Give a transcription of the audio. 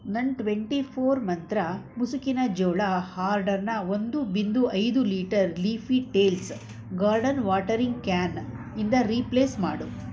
ನನ್ನ twenty four ಮಂತ್ರ ಮುಸುಕಿನ ಜೋಳ ಹಾರ್ಡರನ್ನ ಒಂದು ಬಿಂದು ಐದು litre leafy tails garden watering ಕ್ಯಾನಿಂದ ರೀಪ್ಲೇಸ್ ಮಾಡು